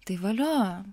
tai valio